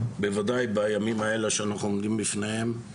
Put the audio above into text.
בוודאי בימים האלה שאנחנו עומדים בפניהם.